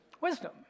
Wisdom